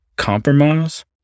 Compromise